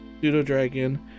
pseudo-dragon